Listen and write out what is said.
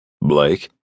Blake